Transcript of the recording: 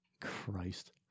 Christ